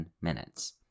minutes